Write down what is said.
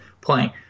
playing